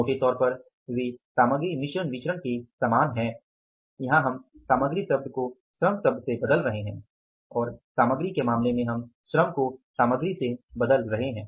मोटे तौर पर वे सामग्री मिश्रण विचरण के समान हैं यहां हम सामग्री शब्द को श्रम से बदल रहे है और सामग्री के मामले में हम श्रम को सामग्री से बदल रहे हैं